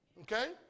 Okay